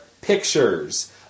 pictures